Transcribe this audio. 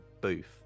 booth